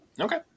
Okay